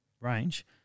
range